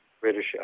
British